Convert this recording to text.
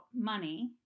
money